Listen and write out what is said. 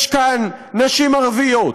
יש כאן נשים ערביות,